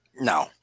No